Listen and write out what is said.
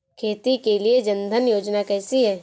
खेती के लिए जन धन योजना कैसी है?